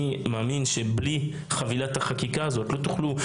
אני מאמין שבלי חבילת החקיקה הזאת לא תוכלו,